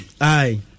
Aye